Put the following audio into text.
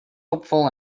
hopeful